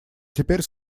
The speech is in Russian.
теперь